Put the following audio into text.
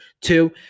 Two